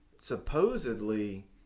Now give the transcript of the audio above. Supposedly—